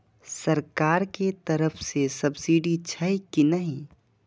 सरकार के तरफ से सब्सीडी छै कि नहिं?